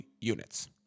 units